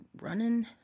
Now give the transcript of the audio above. running